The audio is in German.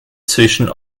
zwischen